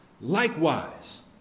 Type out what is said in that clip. Likewise